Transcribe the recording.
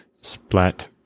splat